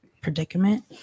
predicament